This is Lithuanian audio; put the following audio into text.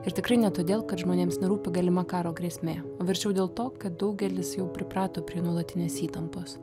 ir tikrai ne todėl kad žmonėms nerūpi galima karo grėsmė o verčiau dėl to kad daugelis jau priprato prie nuolatinės įtampos